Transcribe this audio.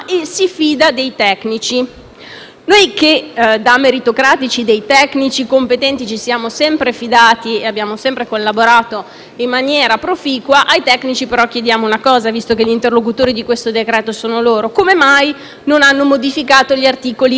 Noi che, da meritocratici, dei tecnici competenti ci siamo sempre fidati e abbiamo sempre collaborato in maniera proficua, ai tecnici però chiediamo una cosa, visto che gli interlocutori di questo decreto-legge sono loro: come mai non hanno modificato gli articoli 3 e 4 del decreto-legge?